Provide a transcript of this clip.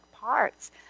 parts